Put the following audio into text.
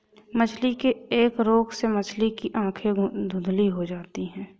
मछली के एक रोग से मछली की आंखें धुंधली हो जाती है